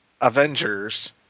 Avengers